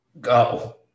go